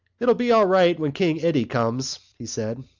it'll be all right when king eddie comes, he said.